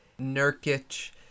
Nurkic